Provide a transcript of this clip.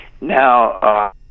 Now